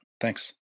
Thanks